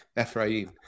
Ephraim